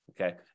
Okay